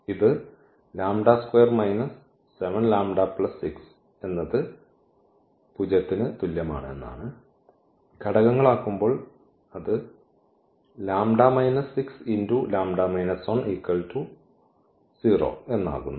ഇത് lambda square minus 7 lambda plus 6 എന്നത് 0 ന് തുല്യമാണ് എന്നാണ് ഘടകങ്ങൾ ആകുമ്പോൾ അത് λ 6λ 10 എന്നാകുന്നു